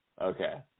Okay